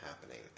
happening